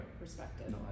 perspective